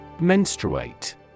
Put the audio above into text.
Menstruate